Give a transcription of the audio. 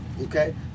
okay